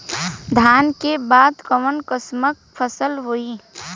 धान के बाद कऊन कसमक फसल होई?